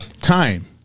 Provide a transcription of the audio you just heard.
Time